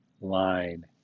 line